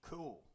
Cool